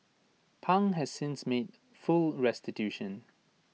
pang has since made full restitution